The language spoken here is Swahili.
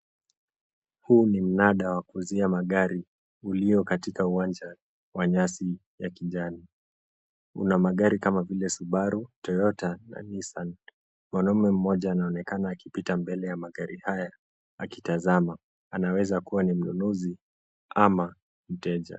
Huu ni mnada wa kuuzia magari ulio katika uwanja wa nyasi ya kijani. Una magari kama vile Subaru, Toyota na Nissan. Mwanaume mmoja anaonekana akipita mbele ya magari haya akitazama. Anaweza kuwa ni mnunuzi ama mteja.